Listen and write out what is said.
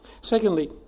Secondly